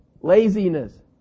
laziness